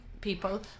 people